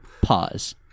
pause